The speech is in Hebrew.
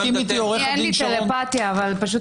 אין לי טלפתיה, אבל עניתי פה